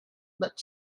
but